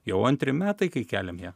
jau antri metai kai keliam ją